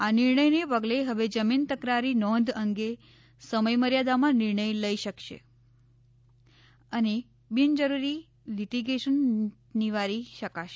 આ નિર્ણયને પગલે હવે જમીન તકરારી નોંધ અંગે સમયમર્યાદામાં નિર્ણય થઇ શકશે અને બિનજરૂરી લીટીગેશન નિવારી શકાશે